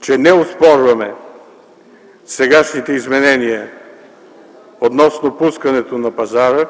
че не оспорваме сегашните изменения относно пускането на пазара,